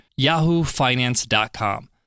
yahoofinance.com